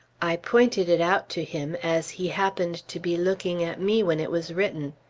i pointed it out to him, as he happened to be looking at me when it was written.